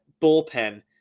bullpen